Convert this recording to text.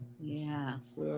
Yes